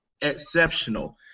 exceptional